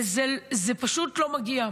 וזה פשוט לא מגיע.